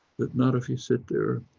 but not if you sit there,